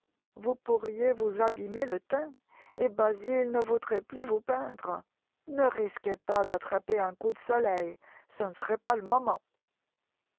vous pourriez vous abîmer le teint et basil ne voudrait plus vous peindre ne risquez pas d'attraper un coup de soleil ce ne serait pas le moment